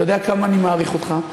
אתה יודע כמה אני מעריך אותך.